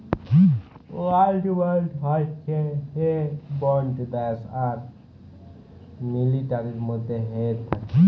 war bond হচ্যে সে bond দ্যাশ আর মিলিটারির মধ্যে হ্য়েয় থাক্যে